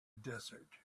desert